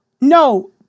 No